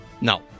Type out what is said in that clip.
No